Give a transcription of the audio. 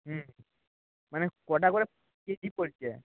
হুম মানে কটা করে কেজি পড়ছে